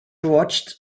watched